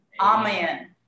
Amen